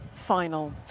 final